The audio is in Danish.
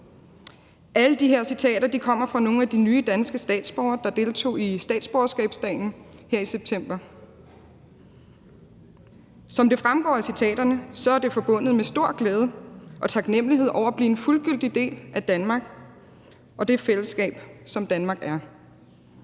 Alle de her citater kommer fra nogle af de nye danske statsborgere, der deltog i statsborgerskabsdagen her i september, og som det fremgår af citaterne, er det forbundet med stor glæde og taknemlighed over at blive en fuldgyldig del af Danmark og det fællesskab, som Danmark er.